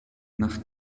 nach